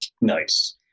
nice